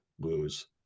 lose